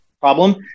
problem